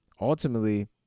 ultimately